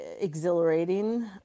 exhilarating